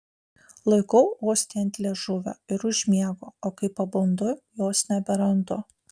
laikau ostiją ant liežuvio ir užmiegu o kai pabundu jos neberandu